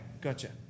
gotcha